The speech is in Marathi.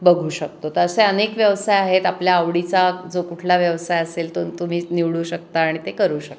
बघू शकतो तं असे अनेक व्यवसाय आहेत आपल्या आवडीचा जो कुठला व्यवसाय असेल तो तुम्ही निवडू शकता आणि ते करू शकता